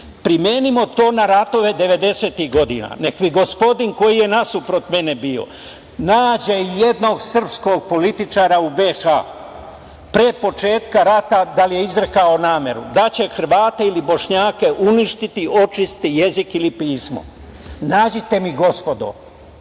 genocid. Primenimo to na ratove 90-ih godina. Neka mi gospodin koji je nasuprot mene bio nađe jednog srpskog političara u BiH pre početka rata da je izrekao nameru da će Hrvate ili Bošnjake uništiti, očistiti jezik ili pismo. Nađite mi, gospodo.